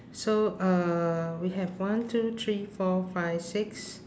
so uh we have one two three four five six